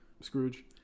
Scrooge